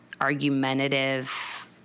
argumentative